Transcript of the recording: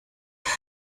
have